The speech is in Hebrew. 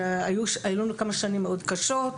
היו לנו כמה שנים מאוד קשות,